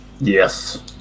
yes